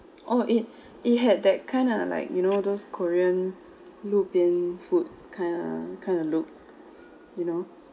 or it it had that kind of like you know those korean 路边 food kind of kind of look you look